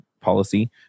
policy